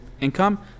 income